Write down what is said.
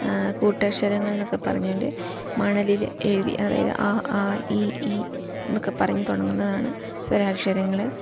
കൂട്ടക്ഷരങ്ങൾ എന്നൊക്കെ പറഞ്ഞു കൊണ്ട് മണലിൽ എഴുതി അതായത് ആ ആ ഇ ഈന്നൊക്കെ പറഞ്ഞു തുടങ്ങുന്നതാണ് സ്വരാക്ഷരങ്ങൾ